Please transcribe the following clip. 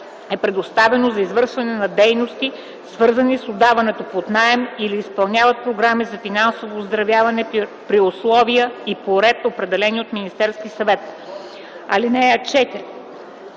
е предоставено за извършване на дейности, свързани с отдаването под наем, или изпълняват програми за финансово оздравяване при условия и по ред, определени от Министерския съвет. (4)